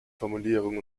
formulierung